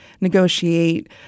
negotiate